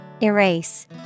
Erase